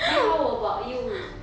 then how about you